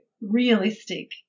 realistic